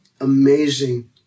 amazing